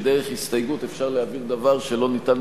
שדרך הסתייגות אפשר להעביר דבר שלא ניתן